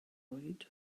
oed